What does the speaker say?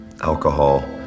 Alcohol